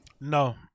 no